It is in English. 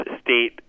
state